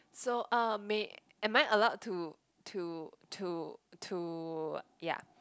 so uh may am I allow to to to to ya